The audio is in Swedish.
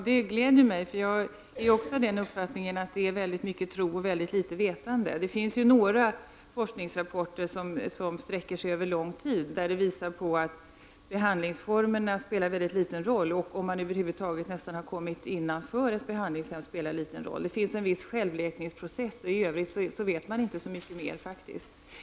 Herr talman! Det gläder mig. Jag delar denna uppfattning, att det är väldigt mycket tro och väldigt litet vetande. Det finns några forskningsrapporter som sträcker sig över lång tid och som visar att behandlingsformerna spelar en mycket liten roll. Det finns en viss självläkningsprocess och i övrigt vet man inte så mycket mer.